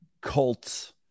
cults